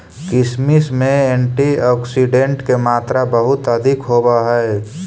किशमिश में एंटीऑक्सीडेंट के मात्रा बहुत अधिक होवऽ हइ